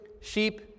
sheep